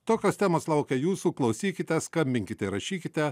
tokios temos laukia jūsų klausykite skambinkite rašykite